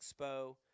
expo